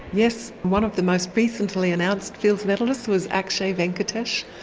yes, one of the most recently announced fields medallists was akshay venkatesh,